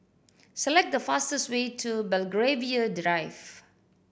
select the fastest way to Belgravia Drive